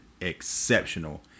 exceptional